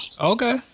Okay